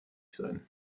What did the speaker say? sein